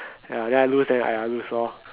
ya then I lose then I I lose lor